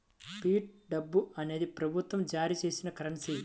fiat డబ్బు అనేది ప్రభుత్వం జారీ చేసిన కరెన్సీ